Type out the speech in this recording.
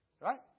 right